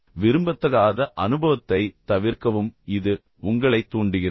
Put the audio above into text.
ஆனால் விரும்பத்தகாத அனுபவத்தைத் தவிர்க்கவும் இது உங்களைத் தூண்டுகிறது